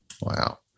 wow